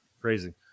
Crazy